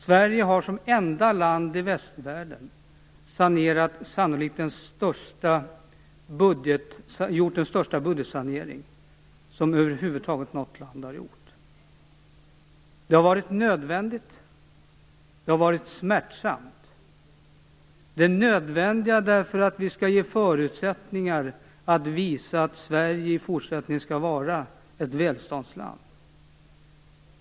Sverige har som enda land i västvärlden gjort den sannolikt största budgetsanering som över huvud taget något land har gjort. Det har varit nödvändigt och smärtsamt. Det är nödvändigt för att vi skall ge förutsättningar att visa att Sverige i fortsättningen skall vara ett välståndsland.